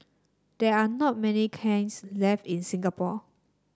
there are not many kilns left in Singapore